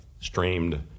Streamed